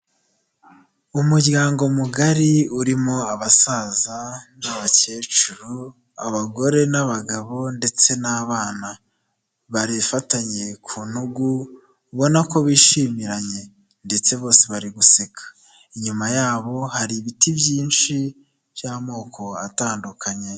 Umuryango mugari urimo abasaza n'abakecuru, abagore n'abagabo ndetse n'abana barifatanye ku ntugu ubona ko bishimiranye ndetse bose bari guseka, inyuma yabo hari ibiti byinshi by'amoko atandukanye.